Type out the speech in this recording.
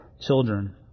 children